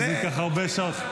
כי זה ייקח הרבה שעות.